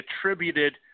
attributed